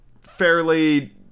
fairly